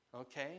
Okay